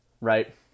Right